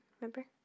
Remember